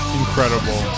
incredible